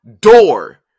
Door